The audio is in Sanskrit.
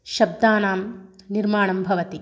शब्दानां निर्माणं भवति